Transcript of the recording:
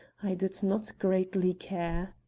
i did not greatly care.